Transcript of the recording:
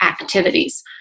activities